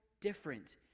different